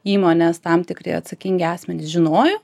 įmonės tam tikri atsakingi asmenys žinojo